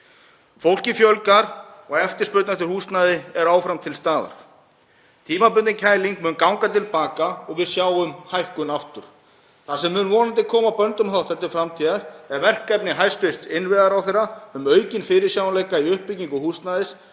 Fólki fjölgar og eftirspurn eftir húsnæði er áfram til staðar. Tímabundin kæling mun ganga til baka og við sjáum hækkun aftur. Það sem mun vonandi koma böndum á þetta til framtíðar er verkefni hæstv. innviðaráðherra um aukinn fyrirsjáanleika í uppbyggingu húsnæðis